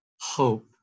hope